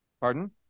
Pardon